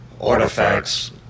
artifacts